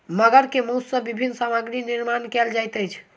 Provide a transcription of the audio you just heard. मगर के मौस सॅ विभिन्न सामग्री निर्माण कयल जाइत अछि